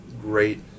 great